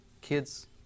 kids